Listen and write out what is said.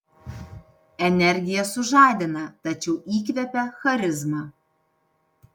energija sužadina tačiau įkvepia charizma